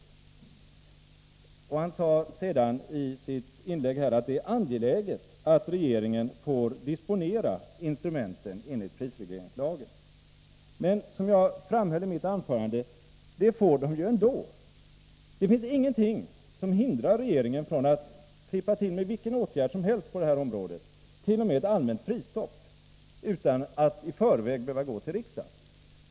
Han sade i sitt inlägg tidigare att det är angeläget att regeringen får disponera instrumenten enligt prisregleringslagen. Men som jag framhöll i mitt anförande får regeringen det ändå. Det finns ingenting som hindrar regeringen från att klippa till med vilken åtgärd som helst på detta område, t.o.m. allmänt prisstopp, utan att i förväg behöva gå till riksdagen.